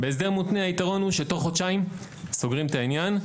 היתרון בהסדר מותנה הוא שתוך חודשיים סוגרים את העניין,